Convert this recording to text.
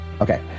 Okay